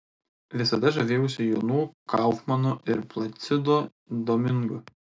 visada žavėjausi jonu kaufmanu ir placido domingu